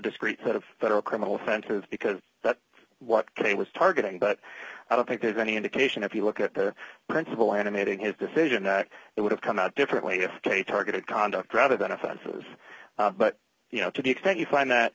discrete set of federal criminal offenses because that's what k was targeting but i don't think there's any indication if you look at the principle animating his decision that it would have come out differently if case targeted conduct rather than offenses but you know to the extent you find that